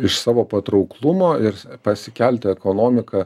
iš savo patrauklumo ir pasikelti ekonomiką